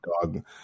dog